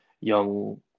young